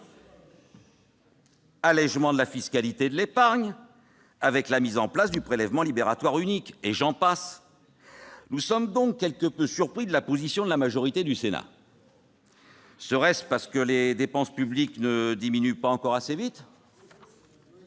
allégement de la fiscalité de l'épargne, avec la mise en place du prélèvement libératoire unique ... J'en passe. Nous sommes donc quelque peu surpris de la position de la majorité du Sénat. Se justifierait-elle par le fait que les dépenses publiques ne diminuent pas encore assez vite ?